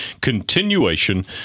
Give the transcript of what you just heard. continuation